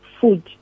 food